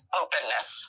openness